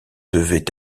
devaient